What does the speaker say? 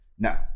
Now